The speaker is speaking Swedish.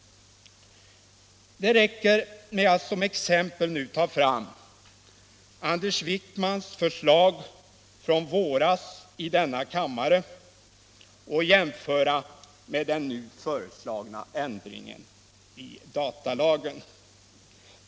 Det räcker med att som exempel nu ta fram Anders Wijkmans förslag från i våras i denna kammare och jämföra med den nu föreslagna ändringen av datalagen.